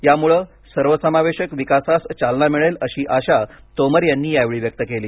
यामुळे सर्वसमावेशक विकासास चालना मिळेल अशी आशा तोमर यांनी यावेळी व्यक्त केली